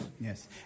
Yes